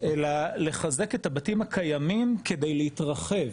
אלא לחזק את הבתים הקיימים כדי להתרחב.